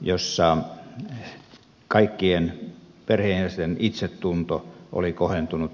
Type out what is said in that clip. jossa kaikkien perheenjäsenten itsetunto oli kohentunut